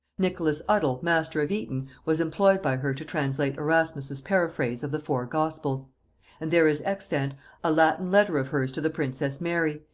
nicholas udal master of eton was employed by her to translate erasmus's paraphrase of the four gospels and there is extant a latin letter of hers to the princess mary,